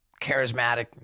charismatic